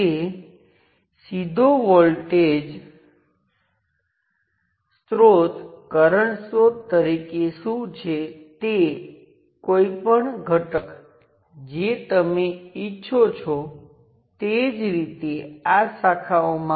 આપણે તેને single voltage source અને સિંગલ રેઝિસ્ટન્સ સાથે મૉડલ કરી શકીએ